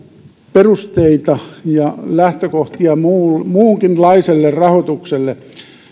perusteita ja lähtökohtia muunkinlaiselle rahoitukselle